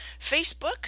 Facebook